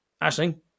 Ashling